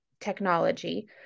technology